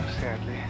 sadly